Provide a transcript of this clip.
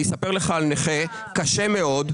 אני אספר לך על נכה קשה מאוד,